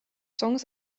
songs